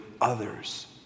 others